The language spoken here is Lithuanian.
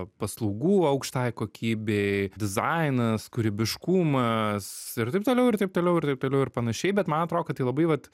paslaugų aukštai kokybei dizainas kūrybiškumas ir taip toliau ir taip toliau ir taip toliau ir panašiai bet man atrodo kad tai labai vat